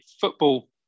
football